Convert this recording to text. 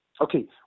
Okay